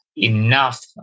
Enough